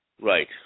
Right